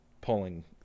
pulling